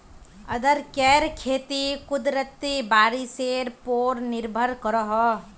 अदरकेर खेती कुदरती बारिशेर पोर निर्भर करोह